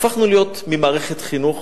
הפכנו להיות ממערכת חינוך